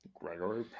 gregory